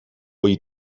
όλοι